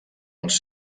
els